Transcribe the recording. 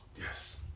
Yes